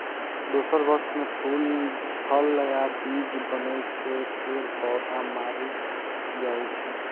दोसर वर्ष मे फूल, फल आ बीज बनै छै, फेर पौधा मरि जाइ छै